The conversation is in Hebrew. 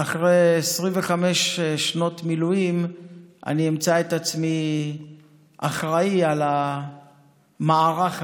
שאחרי 25 שנות מילואים אמצא את עצמי אחראי על המערך הזה.